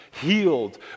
healed